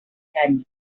canyes